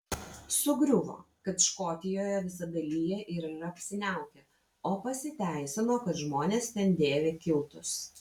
sugriuvo kad škotijoje visada lyja ir yra apsiniaukę o pasiteisino kad žmonės ten dėvi kiltus